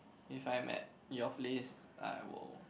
if I'm at your place I will